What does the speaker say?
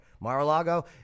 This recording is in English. Mar-a-Lago